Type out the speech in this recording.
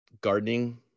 gardening